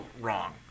wrong